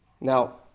Now